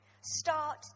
Start